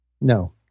no